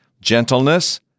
gentleness